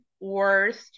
worst